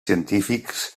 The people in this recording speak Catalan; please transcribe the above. científics